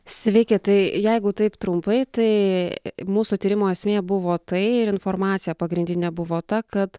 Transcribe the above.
sveiki tai jeigu taip trumpai tai mūsų tyrimo esmė buvo tai ir informacija pagrindinė buvo ta kad